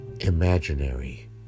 imaginary